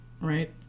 right